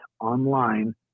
online